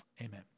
amen